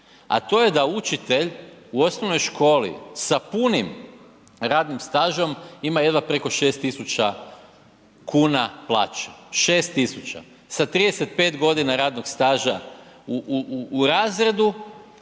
a to je da učitelj u osnovnoj školi sa punim radnim stažem ima jedva preko 6 tisuća kuna plaće, 6 tisuća sa 35 godina radnog staža u razredu,